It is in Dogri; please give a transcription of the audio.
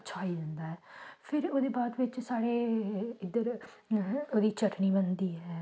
अच्छा होई जंदा ऐ फिर ओह्दे बाद बिच्च साढ़े इद्धर ओह्दी चट्टनी बनदी ऐ